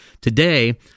Today